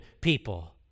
people